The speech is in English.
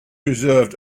reserved